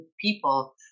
people